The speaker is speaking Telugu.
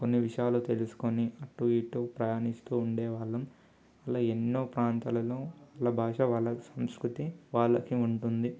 కొన్ని విషయాలు తెలుస్కొని అటు ఇటు ప్రయాణిస్తూ ఉండేవాళ్ళం అలా ఎన్నో ప్రాంతాలలో వాళ్ళ భాష వాళ్ళ సంస్కృతి వాళ్ళకి ఉంటుంది